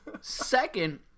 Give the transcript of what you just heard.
Second